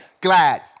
glad